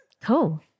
Cool